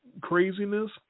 craziness